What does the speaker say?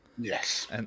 Yes